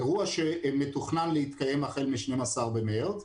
אירוע שמתוכנן להתקיים החל מ-12 במרץ,